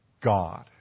God